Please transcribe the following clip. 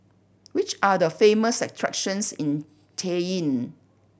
which are the famous attractions in Cayenne